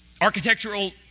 Architectural